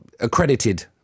accredited